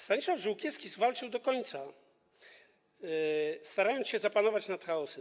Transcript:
Stanisław Żółkiewski walczył do końca, starając się zapanować nad chaosem.